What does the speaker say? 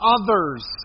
others